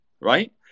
right